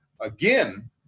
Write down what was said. again